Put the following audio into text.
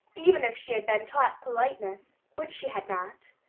even if she had been taught politeness which she had not.